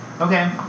Okay